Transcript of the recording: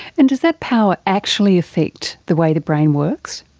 and does that power actually affect the way the brain works?